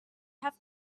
have